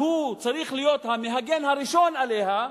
שהוא צריך להיות המגן הראשון עליה,